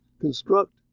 construct